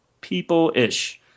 people-ish